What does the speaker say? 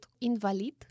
invalid